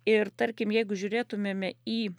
ir tarkim jeigu žiūrėtumėme į